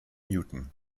newton